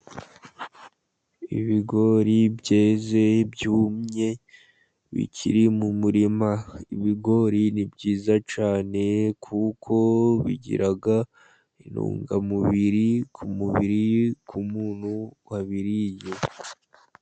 Ibigori byeze, byumye bikiri mu murima ,ibigori ni byiza cyane kuko bigira intungamubiri, ku mubiri ku muntu wabiriye.